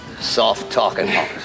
soft-talking